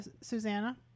Susanna